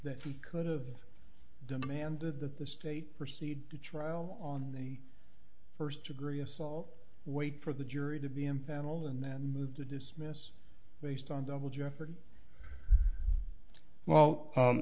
that we could've demanded that the state proceed to trial on a first degree assault wait for the jury to be impaneled and then move to dismiss based on double jeopardy well